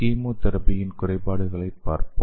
கீமோதெரபியின் குறைபாடுகளைப் பார்ப்போம்